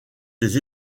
des